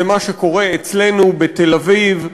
זה מה שקורה אצלנו בתל-אביב,